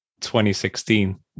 2016